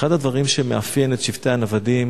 אחד הדברים שמאפיין את שבטי הנוודים